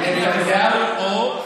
נתניהו או?